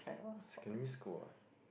secondary school ah